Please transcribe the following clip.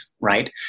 right